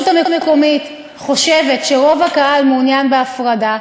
המקומית חושבת שרוב הקהל מעוניין בהפרדה,